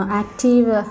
active